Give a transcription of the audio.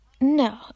no